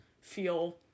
feel